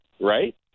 right